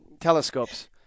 Telescopes